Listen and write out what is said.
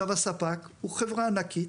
הספק הוא חברה ענקית